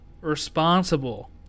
Responsible